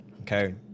Okay